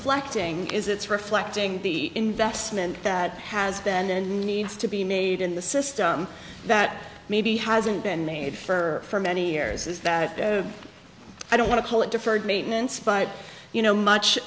reflecting is it's reflecting the investment that has been and needs to be made in the system that maybe hasn't been made for many years is that i don't want to call it deferred maintenance but you know much